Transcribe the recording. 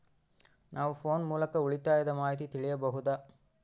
ನಾವು ಫೋನ್ ಮೂಲಕ ಉಳಿತಾಯದ ಮಾಹಿತಿ ತಿಳಿಯಬಹುದಾ?